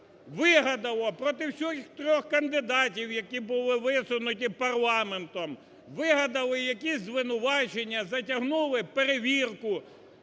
вигадало проти всіх трьох кандидатів, які були висунуті парламентом, вигадали якісь звинувачення, затягнули перевірку.